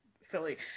silly